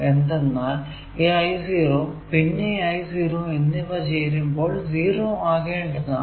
എന്തെന്നാൽ ഈ I0 പിന്നെ ഈ I0 എന്നിവ ചേരുമ്പോൾ 0 ആകേണ്ടതാണ്